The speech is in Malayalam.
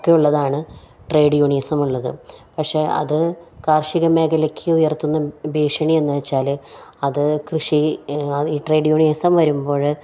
ഒക്കെയുള്ളതാണ് ട്രേഡ് യൂണിയസം ഉള്ളത് പക്ഷേ അത് കാർഷിക മേഖലയ്ക്ക് ഉയർത്തുന്ന ഭീഷണി എന്ന് വെച്ചാൽ അത് കൃഷി ഈ ട്രേഡ് യൂണിയസം വരുമ്പോൾ